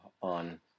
on